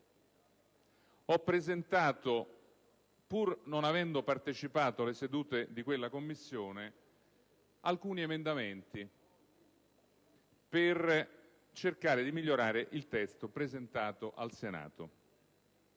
ho presentato, pur non avendo partecipato alle sedute di quella Commissione, alcuni emendamenti per cercare di migliorare il testo presentato al Senato.